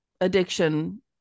addiction